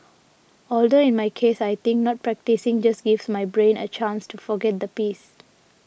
although in my case I think not practising just gives my brain a chance to forget the piece